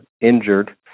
injured